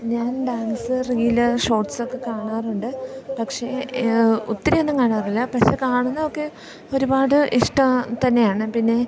ഞാൻ dance reel shorts ഒക്കെ കാണാറുണ്ട് പക്ഷേ ഒത്തിരിയൊന്നും കാണാറില്ല പക്ഷേ കാണുന്നതൊക്കെ ഒരുപാട് ഇഷ്ടം തന്നെയാണ് പിന്നെ